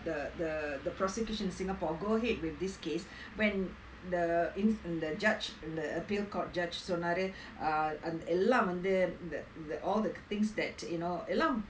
the the the prosecution singapore go ahead with this case when the in the judge the appeal court judge சொன்னாரு:sonnaaru uh எல்லா வந்து:ellaa vanthu the the all the things that you know எல்லா:ellaa like